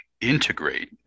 integrate